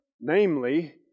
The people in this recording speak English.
namely